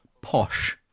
posh